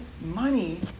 money